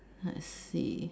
let's see